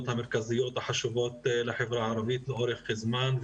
המרכזיות והחשובות לחברה הערבית לאורך זמן,